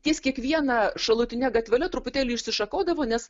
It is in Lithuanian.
ties kiekviena šalutine gatvele truputėlį išsišakodavo nes